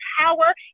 power